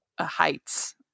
heights